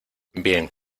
bien